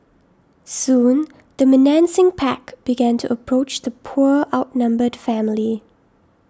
soon the menacing pack began to approach the poor outnumbered family